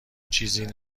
چیزی